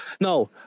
No